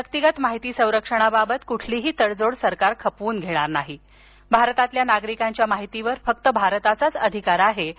व्यक्तिगत माहिती संरक्षणाबाबत कुठलीही तडजोड सरकार खपवून घेणार नाही भारतातल्या नागरिकांच्या माहितीवर फक्त भारताचाच अधिकार आहे असं ते म्हणाले